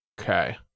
Okay